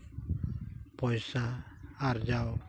ᱯᱚᱭᱥᱟ ᱟᱨᱡᱟᱣ